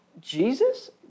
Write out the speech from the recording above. jesus